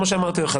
כמו שאמרתי לך,